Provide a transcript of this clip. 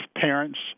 parents